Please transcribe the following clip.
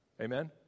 Amen